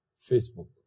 Facebook